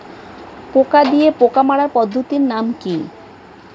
পোকা দিয়ে পোকা মারার পদ্ধতির নাম কি?